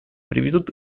приведут